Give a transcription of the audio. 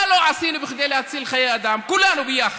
מה לא עשינו כדי להציל חיי אדם, כולנו יחד?